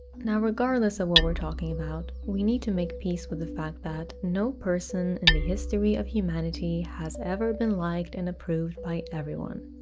now regardless of what we're talking about, we need to make peace with the fact that no person in the history of humanity has ever been liked and approved by everyone,